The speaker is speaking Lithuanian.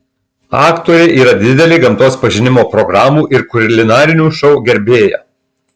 aktorė yra didelė gamtos pažinimo programų ir kulinarinių šou gerbėja